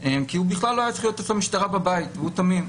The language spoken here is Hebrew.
כי בכלל לא היה צריך לראות את המשטרה בבית והוא תמים.